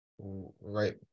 right